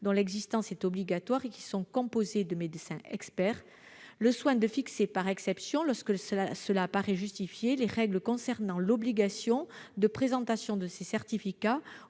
dont l'existence est obligatoire et qui sont composées de médecins experts, le soin de fixer, par exception, lorsque cela apparaît justifié, les règles concernant l'obligation de présentation de ces certificats